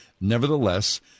Nevertheless